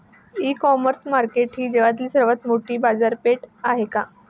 इ commerce market ही जगातील सर्वात मोठी बाजारपेठ आहे का?